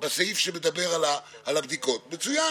תודה,